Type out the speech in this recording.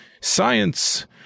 Science